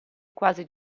quasi